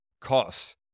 costs